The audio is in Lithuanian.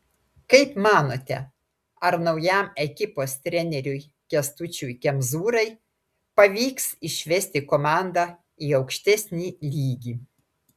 kaip manote ar naujam ekipos treneriui kęstučiui kemzūrai pavyks išvesti komandą į aukštesnį lygį